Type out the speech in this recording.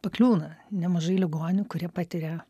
pakliūna nemažai ligonių kurie patiria